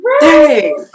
Right